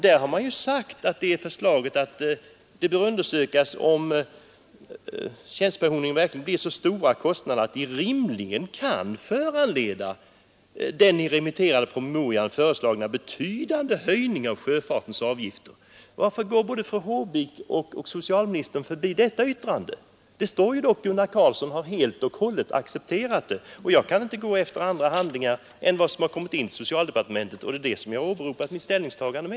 Där har man ju sagt att det bör ”undersökas om kostnaderna för dessa sjömäns allmänna tjänstepension verkligen blir så stora att de rimligen kan föranleda den i remitterade promemorian föreslagna betydande höjningen av sjöfartens avgifter”. Varför går både fru Håvik och socialministern förbi detta yttrande? Det står ju dock att Gunnar Karlsson helt och hållet har accepterat det. Jag kan inte gå efter andra handlingar än vad som har kommit in till socialdepartementet, och det är vad jag har åberopat för mitt ställningstagande.